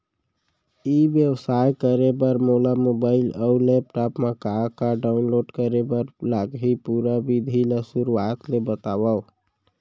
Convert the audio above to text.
ई व्यवसाय करे बर मोला मोबाइल अऊ लैपटॉप मा का का डाऊनलोड करे बर लागही, पुरा विधि ला शुरुआत ले बतावव?